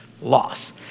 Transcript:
loss